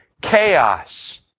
chaos